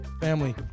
family